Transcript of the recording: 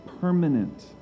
permanent